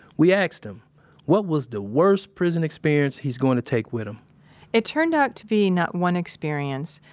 we asked him what was the worst prison experience he's going to take with him it turned out to be not one experience,